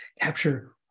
Capture